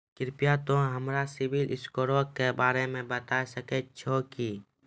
कृपया तोंय हमरा सिविल स्कोरो के बारे मे बताबै सकै छहो कि?